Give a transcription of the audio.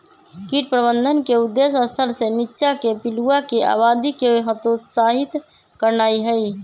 कीट प्रबंधन के उद्देश्य स्तर से नीच्चाके पिलुआके आबादी के हतोत्साहित करनाइ हइ